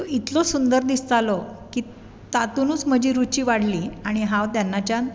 तो इतलो सुंदर दिसतालो की तातुनूच म्हजी रुची वाडली आनी हांव तेन्नाच्यान